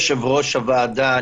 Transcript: יושב-ראש הוועדה,